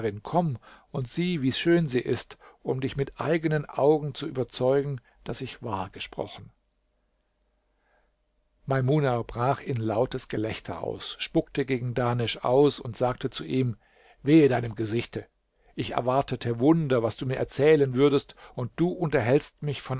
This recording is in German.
komm und sieh wie schön sie ist um dich mit eigenen augen zu überzeugen daß ich wahr gesprochen maimuna brach in ein lautes gelächter aus spuckte gegen dahnesch aus und sagte zu ihm wehe deinem gesichte ich erwartete wunder was du mir erzählen würdest und du unterhältst mich